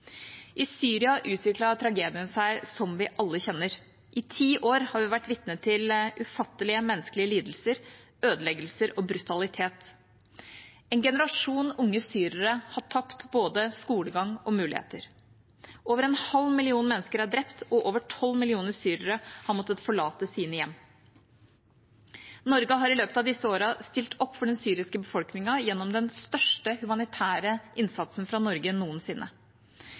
I Syria utviklet tragedien seg som vi alle kjenner. I ti år har vi vært vitne til ufattelige menneskelige lidelser, ødeleggelser og brutalitet. En generasjon unge syrere har tapt både skolegang og muligheter. Over en halv million mennesker er drept, og over tolv millioner syrere har måttet flykte fra sine hjem. Norge har i løpet av disse årene stilt opp for den syriske befolkningen gjennom den største norske humanitære innsatsen fra Norge noensinne.